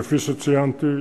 כפי שציינתי,